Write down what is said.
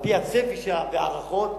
על-פי הצפי וההערכות,